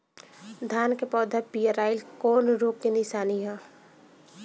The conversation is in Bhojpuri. धान के पौधा पियराईल कौन रोग के निशानि ह?